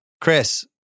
Chris